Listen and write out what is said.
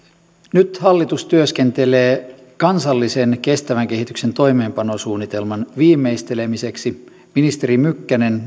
nyt hallitus työskentelee kansallisen kestävän kehityksen toimeenpanosuunnitelman viimeistelemiseksi ministeri mykkänen